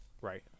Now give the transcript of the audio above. Right